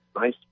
Nice